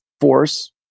force